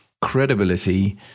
credibility